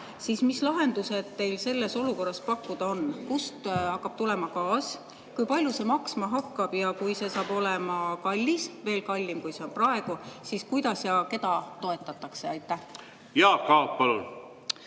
siis mis lahendused teil selles olukorras pakkuda on? Kust hakkab tulema gaas, kui palju see maksma hakkab ja kui see saab olema kallis, veel kallim, kui see on praegu, siis kuidas ja keda toetatakse? Aitäh, hea eesistuja!